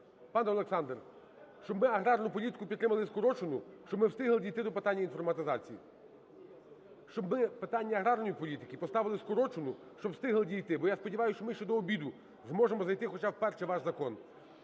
Пане Олександре, щоб ми аграрну політику підтримали скорочену, щоб ми встигли дійти до питання інформатизації, щоб ми питання аграрної політики поставили скорочену, щоб встигли дійти. Бо я сподіваюсь, що ми ще до обіду зможемо зайти хоча б в перший ваш закон.